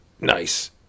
Nice